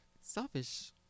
selfish